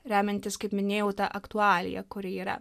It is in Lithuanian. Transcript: remiantis kaip minėjau ta aktualija kuri yra